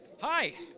Hi